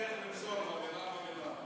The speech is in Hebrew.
מבטיח למסור לו מילה במילה.